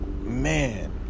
man